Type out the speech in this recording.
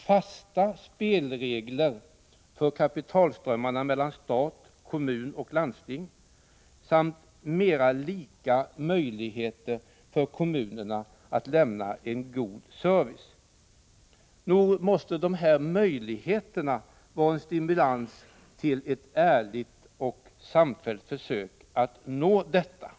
—- Fasta spelregler för kapitalströmmarna mellan stat, kommuner och landsting samt mera lika möjligheter för kommunerna att lämna en god Nog måste de här möjligheterna vara en stimulans till ett ärligt och samfällt försök att uppnå dessa mål.